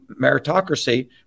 meritocracy